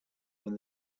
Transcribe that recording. when